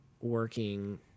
working